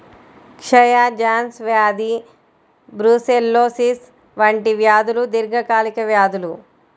క్షయ, జాన్స్ వ్యాధి బ్రూసెల్లోసిస్ వంటి వ్యాధులు దీర్ఘకాలిక వ్యాధులు